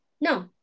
no